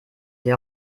sie